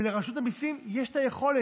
ולרשות המיסים יש את היכולת.